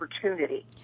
opportunity